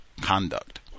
conduct